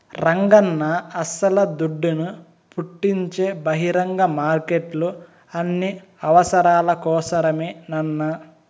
రంగన్నా అస్సల దుడ్డును పుట్టించే బహిరంగ మార్కెట్లు అన్ని అవసరాల కోసరమేనన్నా